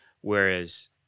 Whereas